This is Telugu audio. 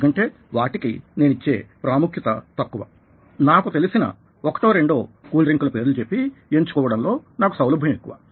ఎందుకంటే వాటికి నేనిచ్చే ప్రాముఖ్యత తక్కువ నాకు తెలిసిన ఒకటో రెండో కూల్ డ్రింకుల పేర్లు చెప్పి ఎంచుకోవడం లో నాకు సౌలభ్యం ఎక్కువ